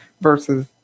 versus